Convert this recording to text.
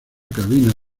cabina